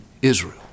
Israel